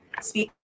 speak